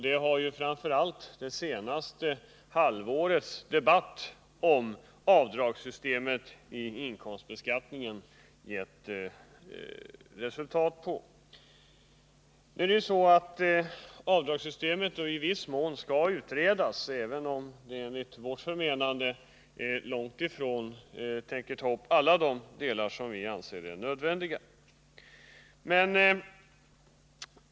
Det har också det senaste halvårets debatt om avdragssystemet i inkomstbeskattningen visat på. Avdragssystemet skall nu i viss mån utredas. Utredningen tänker dock långt ifrån ta upp alla de delar som det enligt vårt förmenande är nödvändigt att se över.